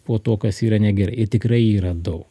po to kas yra negerai ir tikrai yra daug